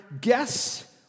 guess